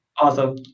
Awesome